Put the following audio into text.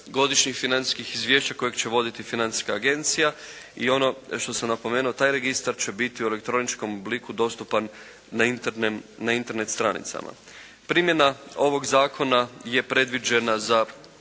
godišnjih financijskih izvješća kojeg će voditi financijska agencija i ono što sam napomenuo taj registar će biti u elektroničkom obliku dostupan na Internet stranicama. Primjena ovog Zakona je predviđena za